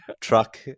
truck